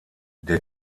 der